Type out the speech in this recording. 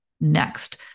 next